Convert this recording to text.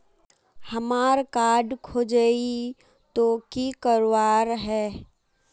हमार कार्ड खोजेई तो की करवार है?